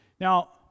Now